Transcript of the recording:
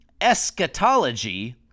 eschatology